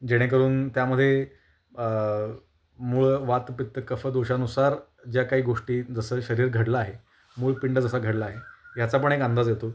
जेणेकरून त्यामध्ये मूळ वात पित्त कफ दोषानुसार ज्या काही गोष्टी जसं शरीर घडलं आहे मूळ पिंड जसा घडला आहे ह्याचा पण एक अंदाज येतो